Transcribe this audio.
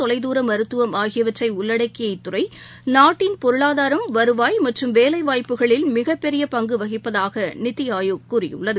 தொலைதூர மருத்துவம் ஆகியவற்றைஉள்ளடக்கிய இத்துறைநாட்டின் பொருளாதாரம் வருவாய் மற்றும் வேலைவாய்ப்புகளில் மிகப்பெரியபங்குவகிப்பதாகநித்திஆயோக் கூறியுள்ளது